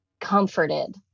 comforted